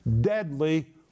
deadly